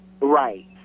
Right